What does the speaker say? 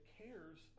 cares